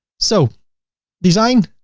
so design,